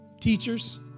teachers